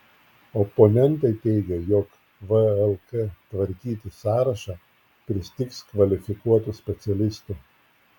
oponentai teigia jog vlk tvarkyti sąrašą pristigs kvalifikuotų specialistų